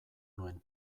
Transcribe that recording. nuen